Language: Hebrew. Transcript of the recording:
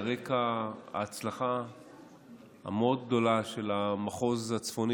על רקע ההצלחה הגדולה מאוד של המחוז הצפוני